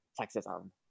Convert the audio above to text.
sexism